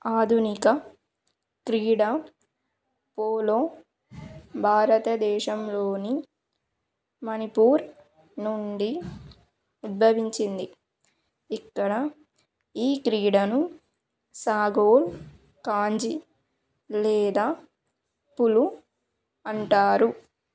ఆధునిక క్రీడ పోలో భారతదేశంలోని మణిపూర్ నుండి ఉద్భవించింది ఇక్కడ ఈ క్రీడను సాగోల్ కాంజీ లేదా పులు అంటారు